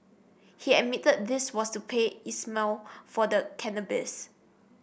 he admitted this was to pay Ismail for the cannabis